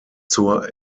zur